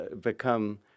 become